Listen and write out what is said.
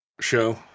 show